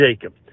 Jacob